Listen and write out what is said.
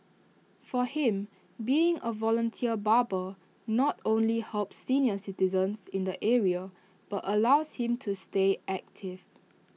for him being A volunteer barber not only helps senior citizens in the area but allows him to stay active